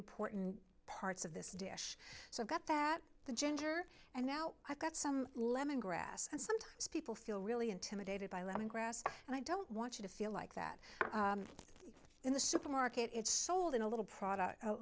important parts of this dish so i've got that the gender and now i've got some lemon grass and sometimes people feel really intimidated by lemon grass and i don't want you to feel like that in the supermarket it's sold in a little product a